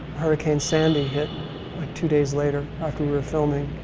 hurricane sandy hit like two days later after we're filming,